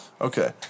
Okay